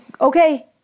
okay